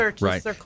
right